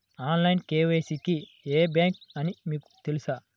Online KYC కి ఏ bank అని మీకు తెలుసా?